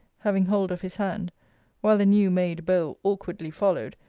having hold of his hand while the new-made beau awkwardly followed,